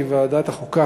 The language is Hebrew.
כי ועדת החוקה,